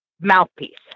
mouthpiece